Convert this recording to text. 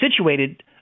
situated